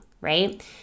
right